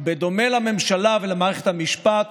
בדומה לממשלה ולמערכת המשפט,